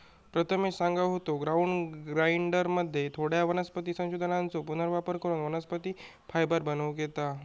प्रथमेश सांगा होतो, ग्राउंड ग्राइंडरमध्ये थोड्या वनस्पती संसाधनांचो पुनर्वापर करून वनस्पती फायबर बनवूक येता